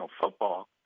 football